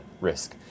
risk